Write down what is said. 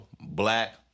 black